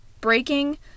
breaking